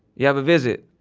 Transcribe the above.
you have a visit.